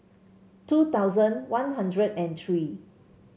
two thousand One Hundred and three